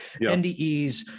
NDEs